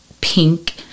Pink